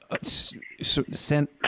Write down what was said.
Send